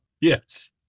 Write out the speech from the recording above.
Yes